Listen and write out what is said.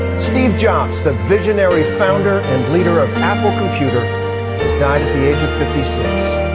steve jobs the visionary founder and leader of apple computer has died at the age of fifty six